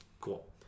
cool